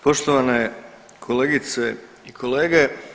Poštovane kolegice i kolege.